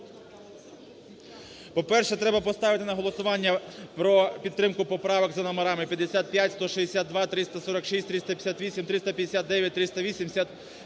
По-перше, треба поставити на голосування про підтримку поправок за номерами: 55, 162, 346, 358, 359, 380,